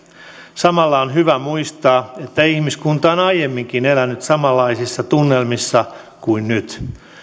samalla on hyvä muistaa että ihmiskunta on aiemminkin elänyt samanlaisissa tunnelmissa kuin nyt